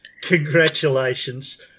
Congratulations